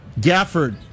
Gafford